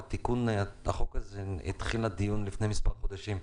תיקון החוק הזה הדיון התחיל לפני כמה חודשים.